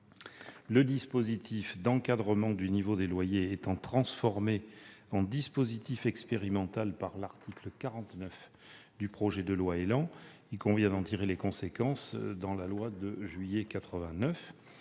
Le dispositif d'encadrement du niveau des loyers étant transformé en dispositif expérimental au travers de l'article 49 du projet de loi ÉLAN, il convient d'en tirer les conséquences dans la loi de juillet 1989.